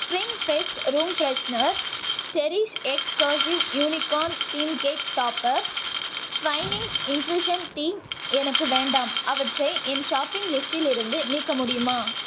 spring fest room freshener CherishX cursive unicorn theme cake topper Twinings infusion tea எனக்கு வேண்டாம் அவற்றை என் ஷாப்பிங் லிஸ்ட்டிலிருந்து நீக்க முடியுமா